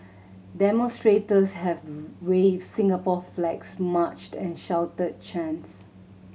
demonstrators have waved Singapore flags marched and shouted chants